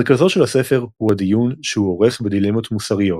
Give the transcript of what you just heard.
מרכזו של הספר הוא הדיון שהוא עורך בדילמות מוסריות,